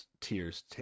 tears